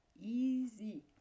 easy